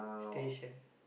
station